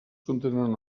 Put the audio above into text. contenen